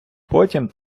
потім